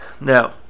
Now